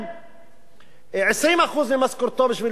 20% ממשכורתו בשביל להגיע למקום העבודה.